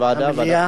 ועדת הכלכלה?